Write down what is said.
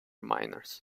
minors